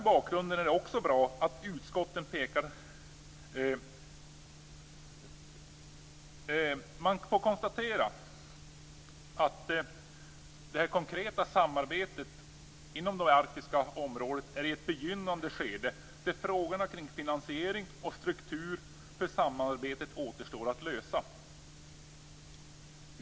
Man får konstatera att det konkreta samarbetet inom det arktiska området är i ett begynnande skede där frågorna kring finansiering och struktur för samarbetet återstår att lösa.